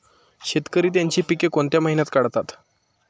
शेतकरी त्यांची पीके कोणत्या महिन्यात काढतात?